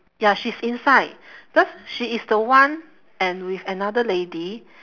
ya she's inside because she is the one and with another lady